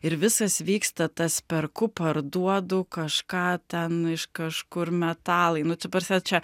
ir viskas vyksta tas perku parduodu kažką ten iš kažkur metalai nu taprasme čia